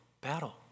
battle